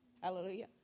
hallelujah